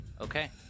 Okay